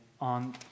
on